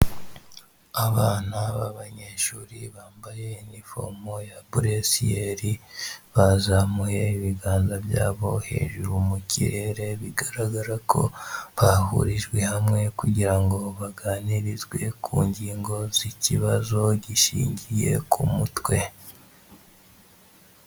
Abana b'abanyeshuri bambaye inifomo ya buresiyeri bazamuye ibiganza byabo hejuru mu kirere, bigaragara ko bahurijwe hamwe kugira ngo baganirizwe ku ngingo z'ikibazo gishingiye ku mutwe.